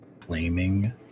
flaming